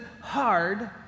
hard